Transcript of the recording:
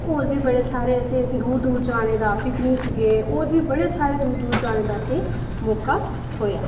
होर बी बड़े सारे असें दूर दूर जाने दा पिकनिक गे होर बी बड़े सारे दूर दूर असें जाने गी मौका थोआ